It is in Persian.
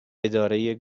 اداره